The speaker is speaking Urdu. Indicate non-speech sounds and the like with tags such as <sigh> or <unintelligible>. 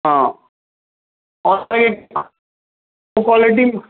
ہاں اور <unintelligible> کوالٹی